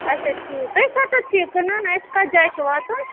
اچھا ٹھیٖک تُہی کَتیٚتھ چھُ یہِ کٕنان اَسہِ کَتھ جایہِ چھُ واتُن